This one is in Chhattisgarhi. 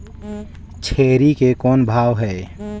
छेरी के कौन भाव हे?